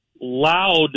loud